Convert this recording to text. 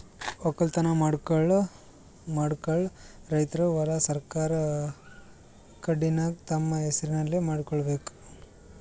ವಕ್ಕಲತನ್ ಮಾಡಕ್ಕ್ ರೈತರ್ ಹೊಲಾ ಸರಕಾರ್ ಕಡೀನ್ದ್ ತಮ್ಮ್ ಹೆಸರಲೇ ಮಾಡ್ಕೋಬೇಕ್